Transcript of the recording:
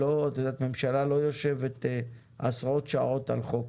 ממשלה לא יושבת עשרות שעות על חוק,